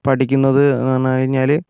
പഠിക്കുന്നത് എന്ന് പറഞ്ഞുകഴിഞ്ഞാൽ